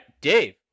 Dave